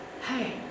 Hey